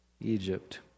Egypt